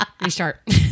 Restart